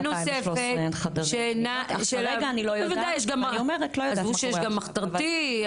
עזבו שיש גם מחתרתי.